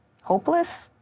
hopeless